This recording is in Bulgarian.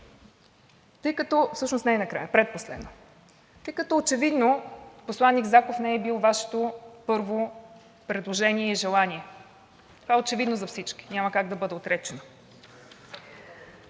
И накрая, всъщност не накрая, а предпоследно, тъй като очевидно посланик Заков не е бил Вашето първо предложение и желание – това е очевидно за всички, няма как да бъде отречено.